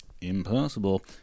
impossible